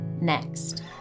Next